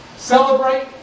Celebrate